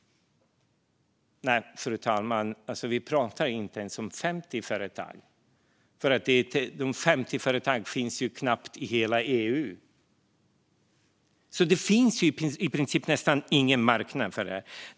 Nej, fru talman, vi pratar inte ens om 50 företag. Det finns knappast 50 företag i hela EU. Det finns i princip nästan ingen marknad för det här.